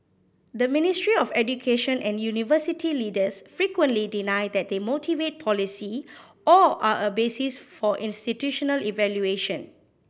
the Ministry of Education and university leaders frequently deny that they motivate policy or are a basis for institutional evaluation